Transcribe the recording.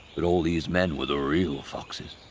but all these men were the real foxes.